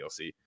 DLC